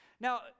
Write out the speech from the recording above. Now